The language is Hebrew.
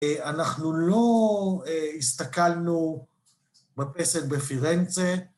אנחנו לא הסתכלנו בפסל בפירנצה